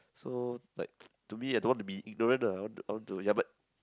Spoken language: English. so like to me I don't want to be ignorant ah I want to I want to ya but